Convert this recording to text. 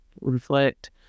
reflect